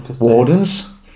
Wardens